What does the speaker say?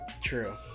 True